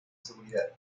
seguridad